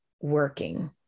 working